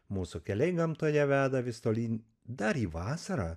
mūsų keliai gamtoje veda vis tolyn dar į vasarą